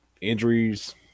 injuries